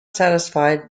satisfied